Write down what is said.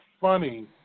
funny